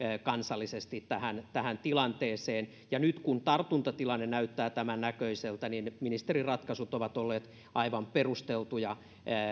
kansallisesti tähän tähän tilanteeseen ja nyt kun tartuntatilanne näyttää tämännäköiseltä ministerin ratkaisut ovat olleet aivan perusteltuja